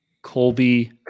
Colby